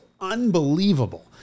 unbelievable